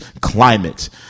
climate